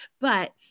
but-